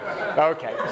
okay